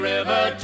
River